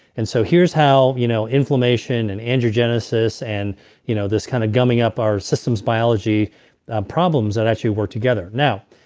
and so here's how you know inflammation and angiogenesis and you know this kind of gumming up our systems biology are problems that actually work together now,